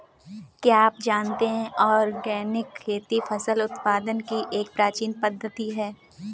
क्या आप जानते है ऑर्गेनिक खेती फसल उत्पादन की एक प्राचीन पद्धति है?